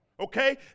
okay